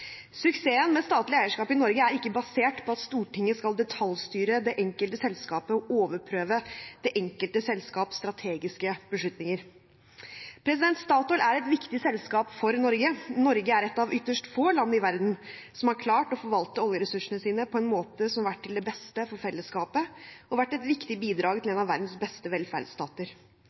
Suksessen med statlig eierskap i Norge er ikke basert på at Stortinget skal detaljstyre det enkelte selskap og overprøve det enkelte selskaps strategiske beslutninger. Statoil er et viktig selskap for Norge. Norge er et av ytterst få land i verden som har klart å forvalte oljeressursene sine på en måte som har vært til det beste for fellesskapet og vært et viktig bidrag til en av verdens beste velferdsstater.